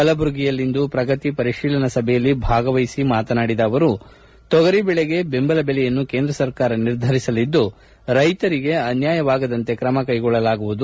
ಕಲಬುರಗಿಯಲ್ಲಿಂದು ಪ್ರಗತಿ ಪರಿಶೀಲನಾ ಸಭೆಯಲ್ಲಿ ಭಾಗವಹಿಸಿ ಮಾತನಾಡಿದ ಅವರು ತೊಗರಿ ಬೆಳಿಗೆ ಬೆಂಬಲ ಬೆಲೆಯನ್ನು ಕೇಂದ್ರ ಸರ್ಕಾರ ನಿರ್ಧರಿಸಲಿದ್ದು ರೈತರಿಗೆ ಅನ್ಯಾಯವಾಗದಂತೆ ಕ್ರಮಕೈಗೊಳ್ಳಲಾಗುವುದು